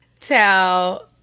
tell